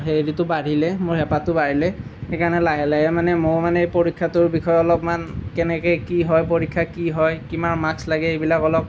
হেৰিটো বাঢ়িলে মোৰ হেঁপাহটো বাঢ়িলে সেইকাৰণে লাহে লাহে মানে ময়ো মানে পৰীক্ষাটোৰ বিষয়ে অলপমান কেনেকৈ কি হয় পৰীক্ষা কি হয় কিমান মাৰ্কছ লাগে এইবিলাক অলপ